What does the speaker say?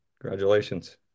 Congratulations